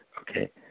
okay